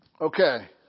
Okay